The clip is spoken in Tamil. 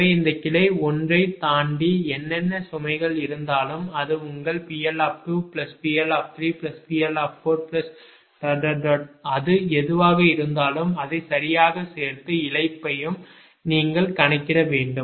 எனவே இந்த கிளை 1 ஐத் தாண்டி என்னென்ன சுமைகள் இருந்தாலும் அது உங்கள் PL2PL3PL4 அது எதுவாக இருந்தாலும் அதைச் சரியாகச் சேர்த்து இழப்பையும் நீங்கள் கணக்கிட வேண்டும்